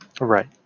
Right